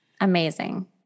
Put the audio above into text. Amazing